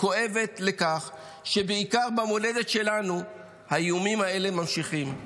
כואבת לכך שבעיקר במולדת שלנו האיומים האלה ממשיכים.